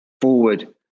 forward